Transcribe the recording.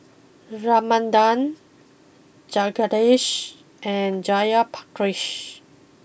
Ramanand Jagadish and Jayaprakash